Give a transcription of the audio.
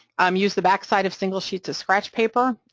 um use the backside of single sheets of scratch paper,